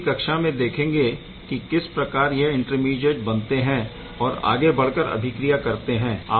हम अगली कक्षा में देखेंगे की किस प्रकार यह इंटरमीडीएट बनते है और आगे बढ़कर अभिक्रिया करते है